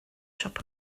siop